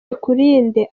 ikurinde